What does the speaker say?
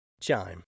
Chime